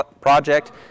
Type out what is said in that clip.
project